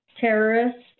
terrorists